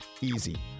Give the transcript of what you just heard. easy